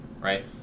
Right